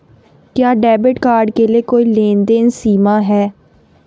क्या debit card के लिए कोई लेनदेन सीमा है?